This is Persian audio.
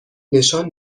نشان